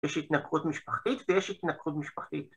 יש התנגחות משפחית ויש התנגחות משפחית.